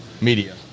media